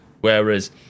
Whereas